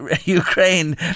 Ukraine